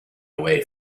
away